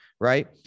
right